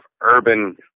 urban